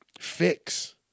fix